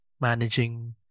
managing